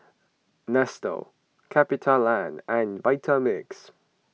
Nestle CapitaLand and Vitamix